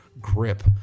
grip